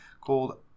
called